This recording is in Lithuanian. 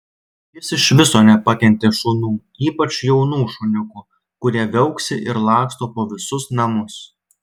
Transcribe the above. jis iš viso nepakentė šunų ypač jaunų šuniukų kurie viauksi ir laksto po visus namus